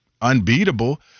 unbeatable